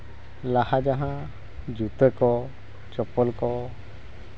ᱞᱟᱦᱟ ᱡᱟᱦᱟᱸ ᱡᱩᱛᱟᱹ ᱠᱚ ᱪᱚᱯᱯᱚᱞ ᱠᱚ